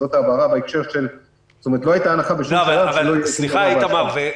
זאת ההבהרה בהקשר של -- סליחה איתמר,